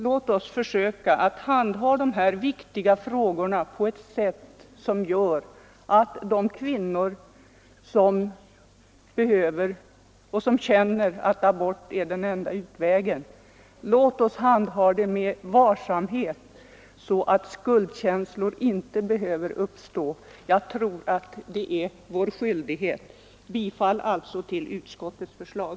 Låt oss till sist, fru Åsbrink, hantera dessa viktiga frågor med stor varsamhet, så att skuldkänslor inte behöver uppstå hos de kvinnor som känner att abort är den enda utvägen. Jag tror att det är vår skyldighet. Jag yrkar bifall till utskottets förslag.